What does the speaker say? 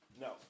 No